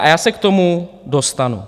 A já se k tomu dostanu.